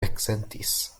eksentis